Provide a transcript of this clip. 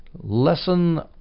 lesson